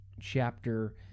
chapter